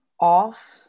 off